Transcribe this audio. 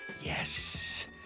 Yes